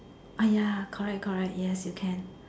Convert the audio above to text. ah ya correct correct yes you can